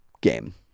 game